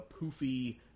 poofy